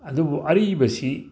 ꯑꯗꯨꯕꯨ ꯑꯔꯤꯕꯁꯤ